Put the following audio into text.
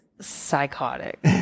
psychotic